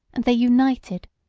and they united,